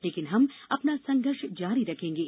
लेकिन हम अपना संघर्ष जारी रखेंगे